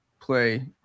play